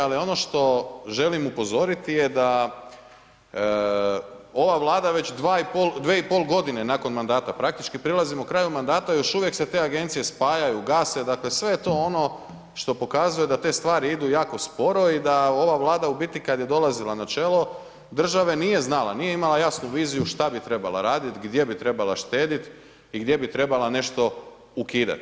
Ali ono što želim upozoriti je da ova Vlada već 2,5 godine nakon mandata, praktički prilazimo kraju mandata i još uvijek se te agencije spajaju, gase, dakle sve je to ono što pokazuje da te stvari idu jako sporo i da ova Vlada u biti kada je dolazila na čelo države nije znala, nije imala jasnu viziju šta bi trebala raditi, gdje bi trebala štedjeti i gdje bi trebala nešto ukidati.